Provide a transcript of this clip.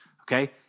Okay